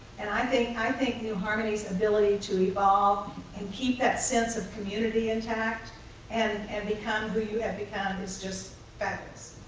and i think i think new harmony's ability to evolve and keep that sense of community intact and and become who you have become is just fabulous.